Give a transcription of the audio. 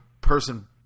person